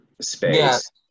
space